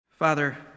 Father